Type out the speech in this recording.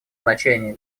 значение